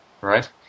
right